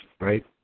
Right